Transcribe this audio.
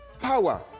Power